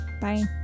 Bye